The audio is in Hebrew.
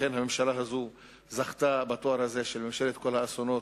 לכן הממשלה הזאת זכתה ביושר בתואר הזה של ממשלת כל האסונות,